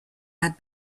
had